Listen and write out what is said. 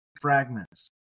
fragments